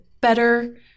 better